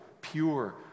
pure